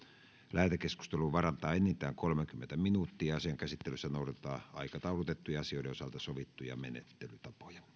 lähetekeskusteluun varataan enintään kolmekymmentä minuuttia asian käsittelyssä noudatetaan aikataulutettujen asioiden osalta sovittuja menettelytapoja